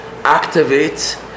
activate